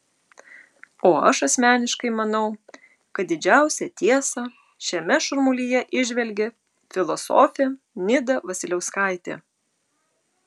o aš asmeniškai manau kad didžiausią tiesą šiame šurmulyje įžvelgė filosofė nida vasiliauskaitė